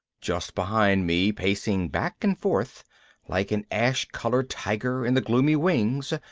just behind me, pacing back and forth like an ash-colored tiger in the gloomy wings,